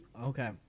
Okay